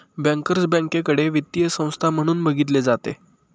bankers बँकेकडे वित्तीय संस्था म्हणून बघितले जाते